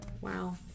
wow